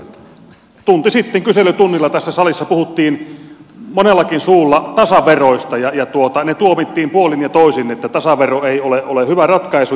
arvon kollegat tunti sitten kyselytunnilla tässä salissa puhuttiin monellakin suulla tasaveroista ja ne tuomittiin puolin ja toisin että tasavero ei ole hyvä ratkaisu